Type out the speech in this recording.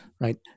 right